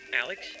Alex